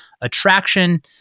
attraction